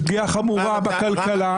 יש פגיעה חמורה בכלכלה,